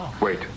Wait